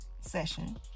session